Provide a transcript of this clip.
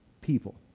people